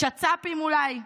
שצ"פים אולי?